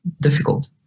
difficult